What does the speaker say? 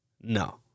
No